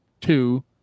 two